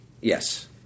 yes